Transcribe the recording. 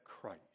Christ